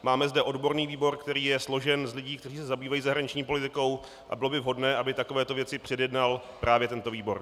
Máme zde odborný výbor, který je složen z lidí, kteří se zabývají zahraniční politikou, a bylo by vhodné, aby takovéto věci předjednal právě tento výbor.